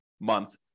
month